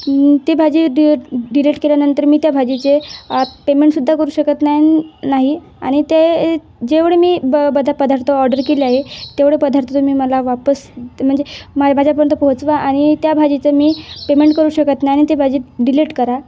ती भाजी डि डिलेट केल्यानंतर मी त्या भाजीचे पेमेंटसुद्धा करू शकत नायन नाही आणि ते जेवढे मी ब बदा पदार्थ ऑर्डर केले आहे तेवढे पदार्थ तुम्ही मला वापस म्हणजे माझ्यापर्यंत पोहोचवा आणि त्या भाजीचं मी पेमेंट करू शकत नाही आणि ते भाजी डिलीट करा